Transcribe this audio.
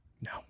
No